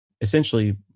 essentially